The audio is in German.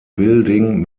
building